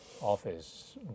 Office